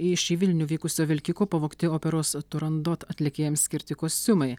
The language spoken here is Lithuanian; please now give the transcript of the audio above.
iš į vilnių vykusio vilkiko pavogti operos turandot atlikėjams skirti kostiumai